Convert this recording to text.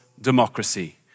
democracy